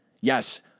Yes